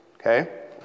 Okay